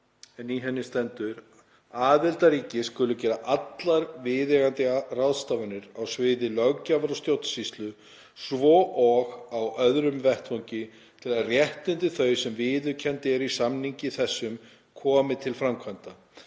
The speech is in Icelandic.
að lesa 4. gr.: „Aðildarríki skulu gera allar viðeigandi ráðstafanir á sviði löggjafar og stjórnsýslu, svo og á öðrum vettvangi, til að réttindi þau, sem viðurkennd eru í samningi þessum, komi til framkvæmda.